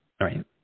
right